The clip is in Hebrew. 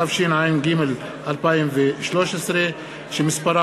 התשע"ג 2013, שמספרה